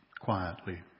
quietly